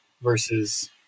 versus